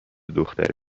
دختر